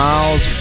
Miles